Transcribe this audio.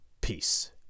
Peace